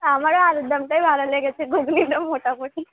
আমারও আলুর দমটাই ভালো লেগেছে ঘুঘনি তো মোটামুটি